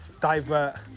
divert